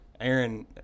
Aaron